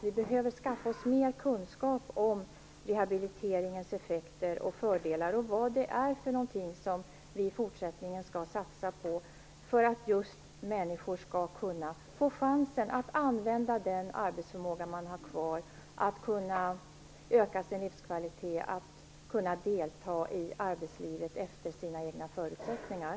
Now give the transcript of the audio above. Vi behöver skaffa oss mer kunskap om rehabiliteringens effekter och fördelar och vad det är som vi skall satsa på i fortsättningen, just för att människor skall få chansen att använda den arbetsförmåga de har kvar, att öka sin livskvalitet, att delta i arbetslivet efter sina egna förutsättningar.